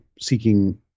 seeking